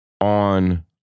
On